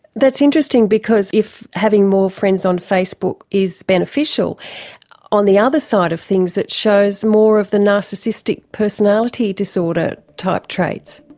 that's interesting because if having more friends on facebook is beneficial on the other side of things it shows more of the narcissistic personality disorder type traits.